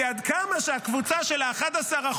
כי עד כמה שהקבוצה של ה-11%,